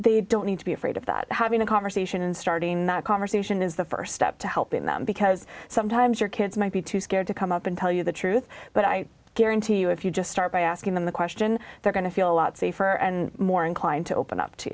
they don't need to be afraid of that having a conversation and starting a conversation is the st step to helping them because sometimes your kids might be too scared to come up and tell you the truth but i guarantee you if you just start by asking them the question they're going to feel a lot safer and more inclined to open up to